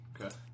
Okay